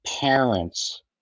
parents